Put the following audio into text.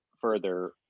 further